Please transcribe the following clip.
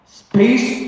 space